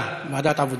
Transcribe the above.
ועדת העבודה.